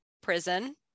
prison